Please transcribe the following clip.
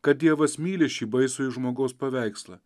kad dievas myli šį baisųjį žmogaus paveikslą